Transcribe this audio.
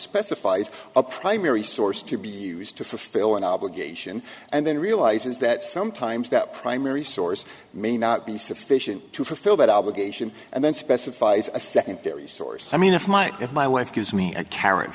specifies a primary source to be used to fulfill an obligation and then realizes that sometimes that primary source may not be sufficient to fulfill that obligation and then specifies a secondary source i mean if my if my wife gives me a carr